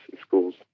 schools